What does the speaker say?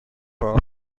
for